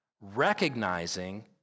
recognizing